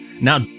now